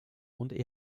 und